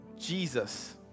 Jesus